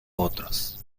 otros